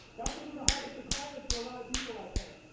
that can be the hardest requirement for a lot of people, i think.